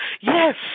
Yes